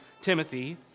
Timothy